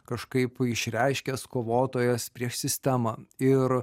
kažkaip išreiškęs kovotojas prieš sistemą ir